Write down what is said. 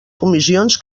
comissions